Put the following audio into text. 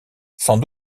sans